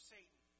Satan